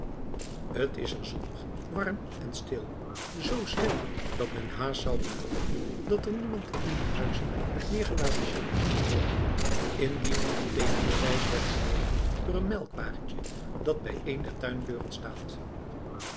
t is er zonnig warm en stil z stil dat men haast zou gelooven dat er niemand in die huizen met neergelaten jaloezieën woonde indien niet het tegenbewijs werd geleverd door een melkwagentje dat bij een der tuindeuren staat